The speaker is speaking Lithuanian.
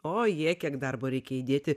o jė kiek darbo reikia įdėti